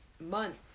month